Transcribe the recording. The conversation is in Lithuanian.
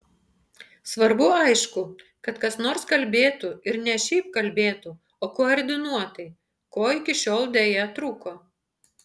svarbu aišku kad kas nors kalbėtų ir ne šiaip kalbėtų o koordinuotai ko iki šiol deja trūko